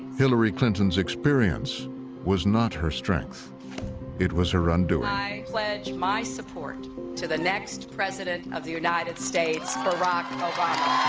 hillary clinton's experience was not her strength it was her undoing. i pledge my support to the next president of the united states, barack obama.